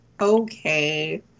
okay